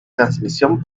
transmisión